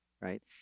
right